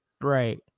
right